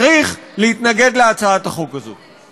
צריך להתנגד להצעת החוק הזאת.